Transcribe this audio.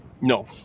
no